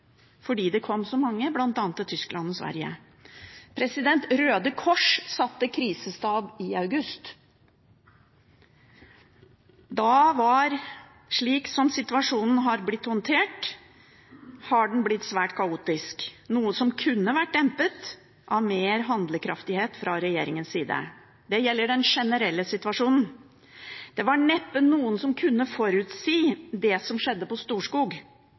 fordi det kom så mange bl.a. til Tyskland og Sverige. Røde Kors satte krisestab i august. Slik situasjonen er blitt håndtert, har den blitt svært kaotisk, noe som kunne vært dempet av større handlekraft fra regjeringens side. Det gjelder den generelle situasjonen. Det var neppe noen som kunne forutsi det som skjedde på Storskog